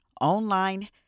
online